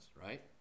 right